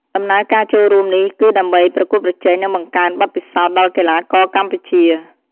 ដំណើរការចូលរួមនេះ គឺដើម្បីប្រកួតប្រជែង និងបង្កើនបទពិសោធន៍ដល់កីឡាករកម្ពុជា។